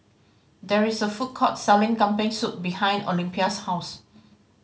there is a food court selling Kambing Soup behind Olympia's house